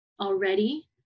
already